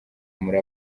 muri